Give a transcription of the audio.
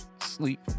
sleep